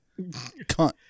cunt